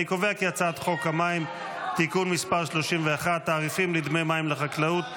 אני קובע כי הצעת חוק המים (תיקון מס' 31) (תעריפים לדמי מים לחקלאות),